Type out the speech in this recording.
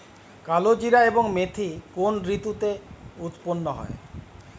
কালোজিরা এবং মেথি কোন ঋতুতে উৎপন্ন হয়?